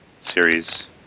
series